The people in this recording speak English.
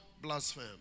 blaspheme